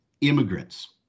immigrants